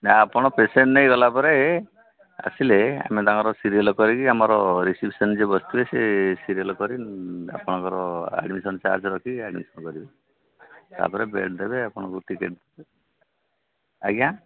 ନା ଆପଣ ପେସେଣ୍ଟ ନେଇ ଗଲା ପରେ ଆସିଲେ ଆମେ ତାଙ୍କର ସିରିଏଲ୍ କରିକି ଆମର ରେଜିଷ୍ଟ୍ରେସନ୍ରେ ଯିଏ ବସି ଥିବେ ସିଏ ସିରିଏଲ୍ କରି ଆପଣଙ୍କର ଆଡମିଶନ୍ ଚାର୍ଜ ରଖି ଆଡମିଶନ୍ କରିବେ ତାପରେ ବେଡ୍ ଦେବେ ଆପଣଙ୍କୁ ଟିକେଟ୍ ଆଜ୍ଞା